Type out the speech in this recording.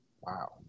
Wow